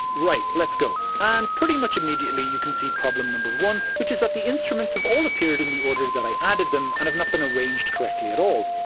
right, let's go! and pretty much immediately you can see problem no. but one which is that the instruments have all appeared in the order that i added them and have not been arranged correctly at all.